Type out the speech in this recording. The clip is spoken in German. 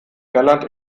irland